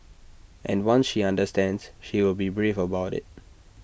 and once she understands she will be brave about IT